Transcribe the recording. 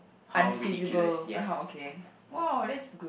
unfeasible like how okay !wow! that's